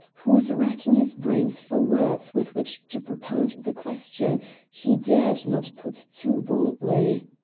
who was racking his brains for words with which to propound the question he dared not put too boldly.